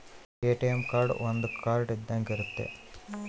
ATM card ಒಂದ್ card ಇದ್ದಂಗೆ ಇರುತ್ತೆ